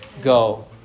go